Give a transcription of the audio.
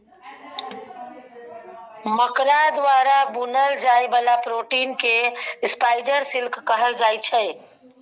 मकरा द्वारा बुनल जाइ बला प्रोटीन केँ स्पाइडर सिल्क कहल जाइ छै